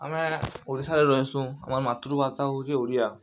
ଆମେ ଓଡ଼ିଶାରେ ରହେସୁ ଆମର୍ ମାତୃଭାଷା ହଉଛି ଓଡ଼ିଆ